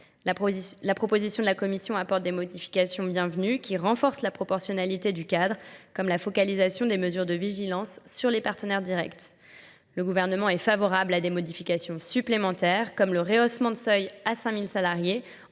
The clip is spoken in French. La proposition de la Commission apporte des modifications bienvenues qui renforcent la proportionnalité du cadre, comme la focalisation des localisation des mesures de vigilance sur les partenaires directs. Le gouvernement est favorable à des modifications supplémentaires comme le rehaussement de seuils à 5000 salariés